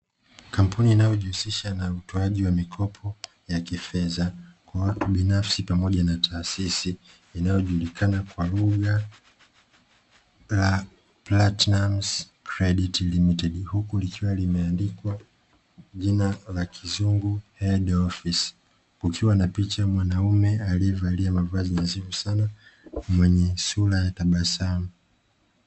Kampuni inayojihusisha na utoaji wa mikopo ya kifedha kwa watu binafsi pamoja na taasisi, inayojulikana kwa lugha ya "platinum credit limited", huku likiwa limeandikwa jina la kizungu "head office", kukiwa na picha ya mwanaume aliyevalia mavazi nadhifu sana, mwenye sura ya tabasamu .